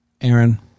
Aaron